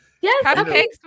Yes